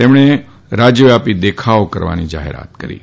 તેમણે રાજયવ્યા ી દેખાવો કરવાની જાહેરાત કરી હતી